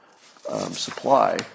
supply